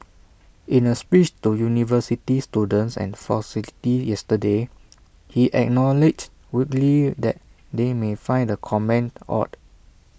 in A speech to university students and faculty yesterday he acknowledged wryly that they may find the comment odd